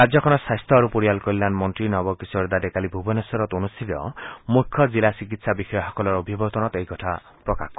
ৰাজ্যখনৰ স্বাস্থ্য আৰু পৰিয়াল কল্যাণ মন্ত্ৰী নৱ কিশোৰ দাদে কালি ভুবনেশ্বৰত অনুষ্ঠিত মুখ্য জিলা চিকিৎসা বিষয়াসকলৰ অভিৱৰ্তনত এই কথা প্ৰকাশ কৰে